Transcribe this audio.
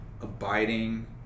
abiding